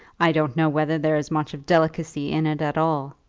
i don't know whether there is much of delicacy in it at all.